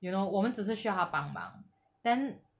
you know 我们只是需要他帮忙 then